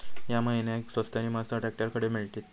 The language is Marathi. या महिन्याक स्वस्त नी मस्त ट्रॅक्टर खडे मिळतीत?